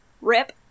rip